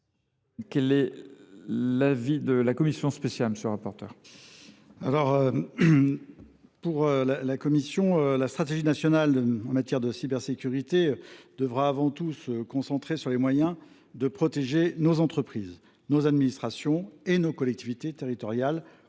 Quel est l’avis de la commission spéciale ? La stratégie nationale en matière de cybersécurité devra avant tout se concentrer sur les moyens de protéger nos entreprises, nos administrations et nos collectivités territoriales